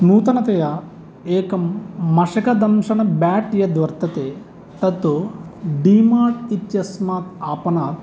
नूतनतया एकं मशकदंशनबेट् यद् वर्तते तत्तु डीमार्ट् इत्यस्मात् आपणात्